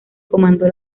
comandó